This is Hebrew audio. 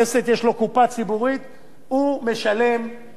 הוא משלם 30% מהפנסיה שלו,